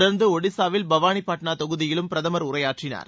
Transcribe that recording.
தொடர்ந்து ஒடிஷாவில் பவானி பாட்னா பகுதியிலும் பிரதமர் உரையாற்றினார்